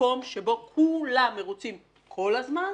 מקום שבו כולם מרוצים כל זמן,